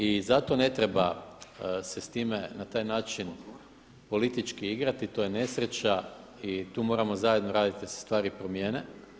I zato ne treba se s time na taj način politički igrati, to je nesreća i tu moramo zajedno raditi da se stvari promijene.